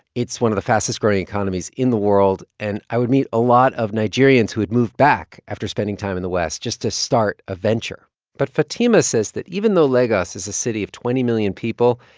it's one of the fastest-growing economies in the world. and i would meet a lot of nigerians who had moved back after spending time in the west just to start a venture but fatima says that even though lagos is a city of twenty million people,